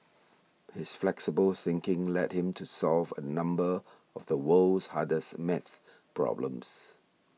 his flexible thinking led him to solve a number of the world's hardest math problems